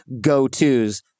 go-tos